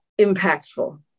impactful